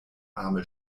arme